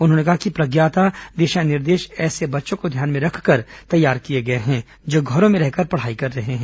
उन्होंने कहा कि प्रज्ञाता दिशा निर्देश ऐसे च्चों को ध्यान में रखकर तैयार किए गए हैं जो घरों में रहकर पढ रहे हैं